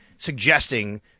suggesting